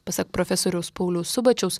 pasak profesoriaus pauliaus subačiaus